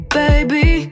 baby